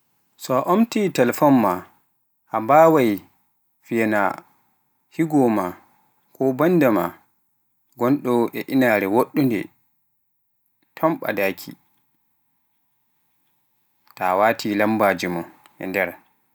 So a omti telepone maa, a mbawaai fiyyanaa higowoo ma, ko bandum maa ngonɗo e inaare woɗɗunde, tomm ɓadaaki.